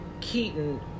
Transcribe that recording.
Keaton